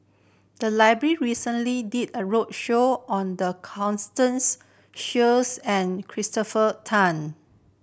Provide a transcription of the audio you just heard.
the library recently did a roadshow on the Constance Sheares and Christopher Tan